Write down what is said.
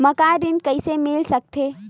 मकान ऋण कइसे मिल सकथे?